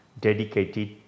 dedicated